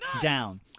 down